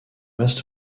masse